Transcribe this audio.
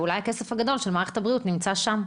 ואולי הכסף הגדול של מערכת הבריאות נמצא שם.